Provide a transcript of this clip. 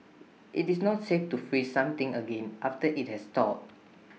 IT is not safe to freeze something again after IT has thawed